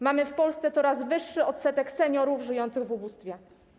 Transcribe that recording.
Mamy w Polsce coraz wyższy odsetek seniorów żyjących w ubóstwie.